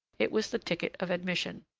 it was the ticket of admission.